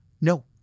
No